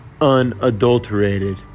unadulterated